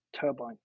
Turbine